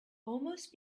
almost